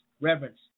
reverence